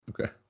Okay